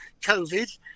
COVID